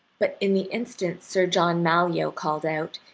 but in the instant sir john malyoe called out,